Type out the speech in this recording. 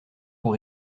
pour